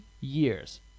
years